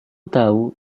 tahu